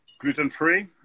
gluten-free